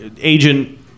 Agent